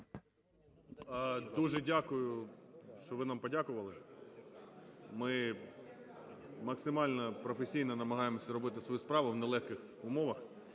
Дуже дякую, що ви нам подякували. Ми максимально професійно намагаємося робити свою справу в нелегких умовах.